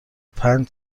پنج